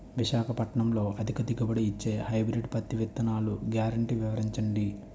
విశాఖపట్నంలో అధిక దిగుబడి ఇచ్చే హైబ్రిడ్ పత్తి విత్తనాలు గ్యారంటీ వివరించండి?